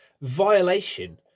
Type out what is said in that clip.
violation